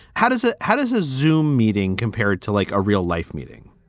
how does it how does a xoom meeting compared to like a real life meeting?